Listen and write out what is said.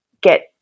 get